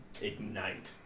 ignite